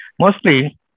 Mostly